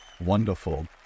Wonderful